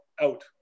out